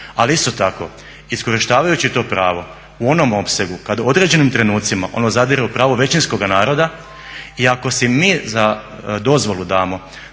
Ali isto tako iskorištavajući to pravo u onom opsegu kada u određenim trenucima ono zadire u pravo većinskoga naroda i ako si mi za dozvolu damo